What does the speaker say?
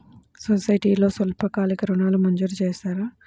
సొసైటీలో స్వల్పకాలిక ఋణాలు మంజూరు చేస్తారా?